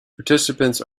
participants